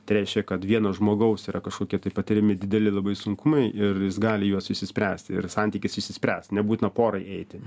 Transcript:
tai reiškia kad vieno žmogaus yra kažkokie tai patiriami dideli labai sunkumai ir jis gali juos išsispręsti ir santykis išsispręs nebūtina porai eiti